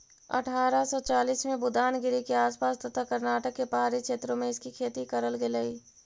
अठारा सौ चालीस में बुदानगिरी के आस पास तथा कर्नाटक के पहाड़ी क्षेत्रों में इसकी खेती करल गेलई